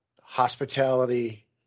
hospitality